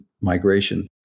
migration